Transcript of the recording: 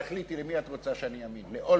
תחליטי למי את רוצה שאני אאמין,